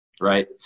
right